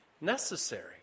necessary